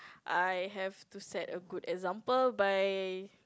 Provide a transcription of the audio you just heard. I have to set a good example by